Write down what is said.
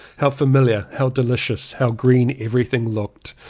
how familiar, how delicious, how green everything looked,